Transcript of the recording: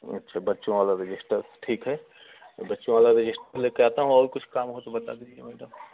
अच्छा बच्चों वाला रजिस्टर ठीक है बच्चों वाला रजिस्टर लेके आता हूँ और कुछ काम हो तो बता दीजिए मैडम